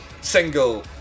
single